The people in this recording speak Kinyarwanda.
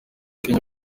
kenya